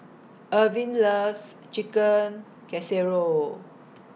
Irvine loves Chicken Casserole